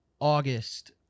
August